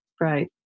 Right